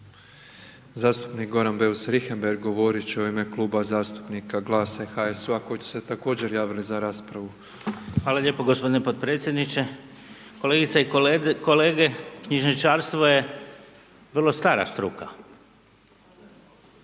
Zastupnik Goran Beus Richembergh govorit će u ime Kluba zastupnika GLAS-a i HSU-a koji su se također javili za raspravu. **Beus Richembergh, Goran (GLAS)** Hvala lijepo g. potpredsjedniče. Kolegice i kolege, knjižničarstvo je vrlo stara struka